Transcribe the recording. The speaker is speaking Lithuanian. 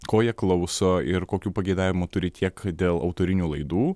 ko jie klauso ir kokių pageidavimų turi tiek dėl autorinių laidų